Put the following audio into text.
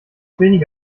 wenige